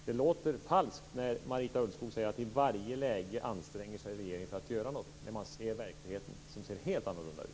Det låter falskt när Marita Ulvskog säger att regeringen i varje läge anstränger sig för att göra något, när man ser verkligheten, som ser helt annorlunda ut.